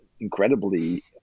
incredibly